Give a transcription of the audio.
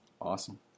awesome